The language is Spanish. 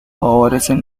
favorecen